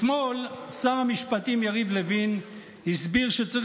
אתמול שר המשפטים יריב לוין הסביר שצריך